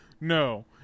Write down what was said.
No